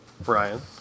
Brian